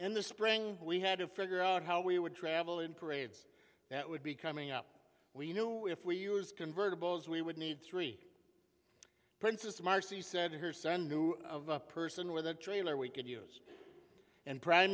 the spring we had to figure out how we would travel in parades that would be coming up we knew if we use convertibles we would need three princes to marcy said to her son knew of a person with a trailer we could use and prime